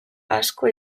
asko